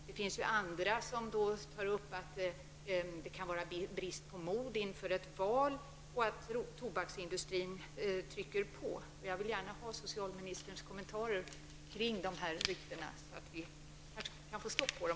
Det finns andra som säger att dröjsmålet kan bero på brist på mod inför ett val och att tobaksindustrin trycker på. Jag vill gärna ha socialministerns kommentarer kring dessa rykten så att vi kan få stopp på dem.